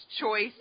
choice